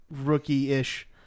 rookie-ish